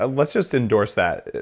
ah let's just endorse that.